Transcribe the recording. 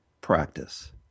practice